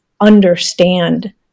understand